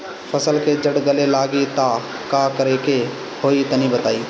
फसल के जड़ गले लागि त का करेके होई तनि बताई?